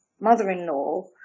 mother-in-law